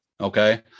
okay